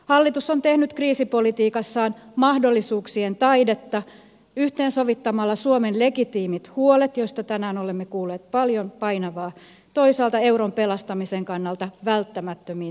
hallitus on tehnyt kriisipolitiikassaan mahdollisuuksien taidetta yhteensovittamalla suomen legitiimit huolet joista tänään olemme kuulleet paljon painavaa toisaalta euron pelastamisen kannalta välttämättömiin toimiin